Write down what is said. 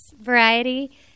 variety